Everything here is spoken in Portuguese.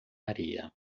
areia